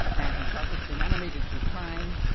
and he shot this thing animated through time.